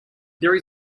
there